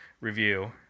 review